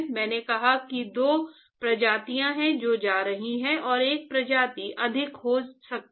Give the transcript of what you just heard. मैंने कहा कि दो प्रजातियां हैं जो जा रही हैं और एक प्रजाति अधिक हो सकती है